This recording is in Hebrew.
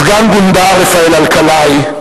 סגן-גונדר רפאל אלקלעי,